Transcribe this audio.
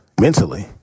mentally